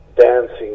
dancing